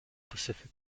pacific